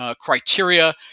criteria